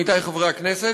עמיתי חברי הכנסת,